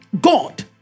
God